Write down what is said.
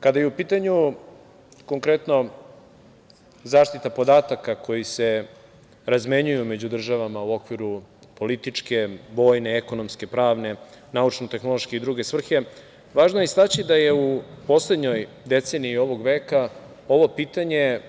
Kada je u pitanju konkretno zaštita podataka koji se razmenjuju među državama u okviru političke, vojne, ekonomske, pravne, naučno-tehnološke i druge svrhe, važno je istaći da je u poslednjoj deceniji ovog veka ovo pitanje